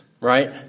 right